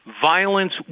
Violence